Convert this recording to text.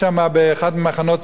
באחד ממחנות צה"ל.